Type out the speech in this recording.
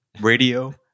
radio